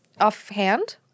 offhand